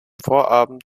vorabend